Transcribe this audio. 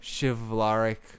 chivalric